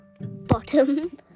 bottom